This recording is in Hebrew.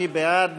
מי בעד?